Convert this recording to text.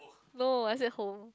no I say home